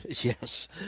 Yes